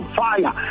fire